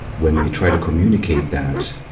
when we try to communicate that,